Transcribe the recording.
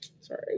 sorry